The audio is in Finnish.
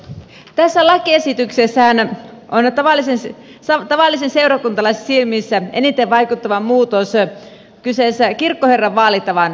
tässä lakiesityksessähän on tavallisen seurakuntalaisen silmissä eniten vaikuttava muutos kysymys kirkkoherran vaalitavan muuttamisesta